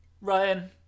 Ryan